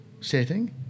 setting